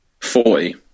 Forty